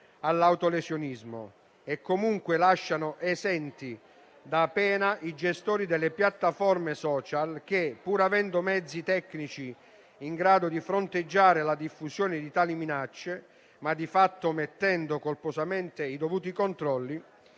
all'autolesionismo e comunque lasciano esenti da pena i gestori delle piattaforme *social* che, pur avendo mezzi tecnici in grado di fronteggiare la diffusione di tali minacce - ma di fatto omettendo colposamente i dovuti controlli